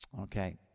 okay